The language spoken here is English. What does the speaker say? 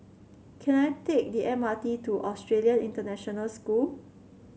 can I take the M R T to Australian International School